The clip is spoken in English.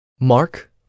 Mark